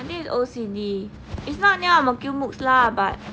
think is O_C_D is not near ang mo kio mooks lah but